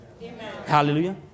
Hallelujah